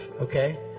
Okay